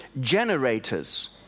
generators